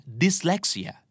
dyslexia